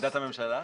עמדת הממשלה?